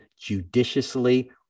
judiciously